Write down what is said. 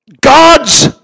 God's